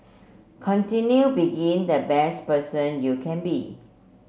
continue being the best person you can be